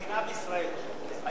האם הוא פטור ממע"מ על כך?